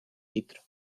vitro